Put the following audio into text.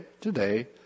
today